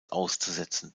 auszusetzen